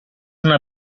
una